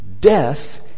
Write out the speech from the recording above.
death